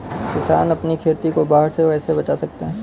किसान अपनी खेती को बाढ़ से कैसे बचा सकते हैं?